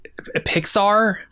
Pixar